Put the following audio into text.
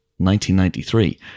1993